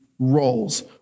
Roles